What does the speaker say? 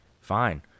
fine